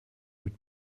mit